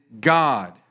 God